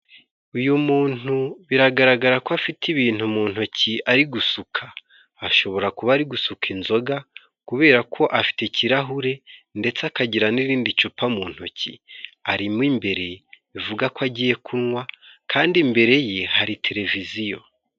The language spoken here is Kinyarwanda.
Uyu muntu biragaragara ko afite ibintu mu ntoki ari gusuka ashobora kuba ari gusuka inzoga kubera ko afite ikirahure ndetse akagira n'irindi cupa mu ntoki arimo imbere bivuga ko agiye kunywa kandi imbere ye hari televiziyo.